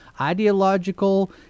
ideological